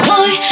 Boy